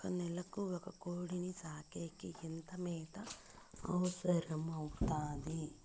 ఒక నెలకు ఒక కోడిని సాకేకి ఎంత మేత అవసరమవుతుంది?